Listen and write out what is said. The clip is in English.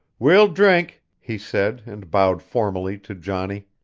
we'll drink, he said, and bowed formally to johnny,